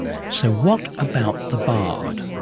so what about the bard?